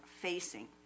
facing